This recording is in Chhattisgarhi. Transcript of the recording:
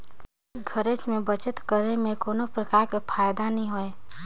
घरेच में बचत करे में कोनो परकार के फायदा नइ होय